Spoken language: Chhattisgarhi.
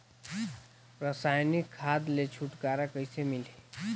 रसायनिक खाद ले छुटकारा कइसे मिलही?